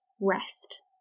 rest